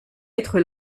être